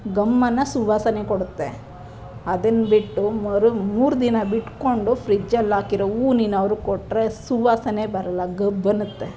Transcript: ಘಮ್ ಅನ್ನೋ ಸುವಾಸನೆ ಕೊಡುತ್ತೆ ಅದನ್ನ ಬಿಟ್ಟು ಮರು ಮೂರು ದಿನ ಬಿಟ್ಕೊಂಡು ಫ್ರಿಡ್ಜಲ್ಲಿ ಹಾಕಿರೋ ಹೂವು ನೀನು ಅವ್ರ್ಗೆ ಕೊಟ್ಟರೆ ಸುವಾಸನೆ ಬರೋಲ್ಲ ಗಬ್ಬು ಅನ್ನುತ್ತೆ